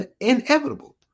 inevitable